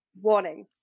Warning